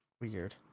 weird